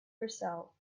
herself